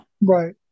Right